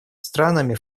странами